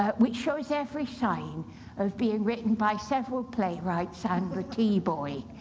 ah which shows every sign of being written by several playwrights and the tea boy.